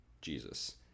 Jesus